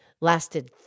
lasted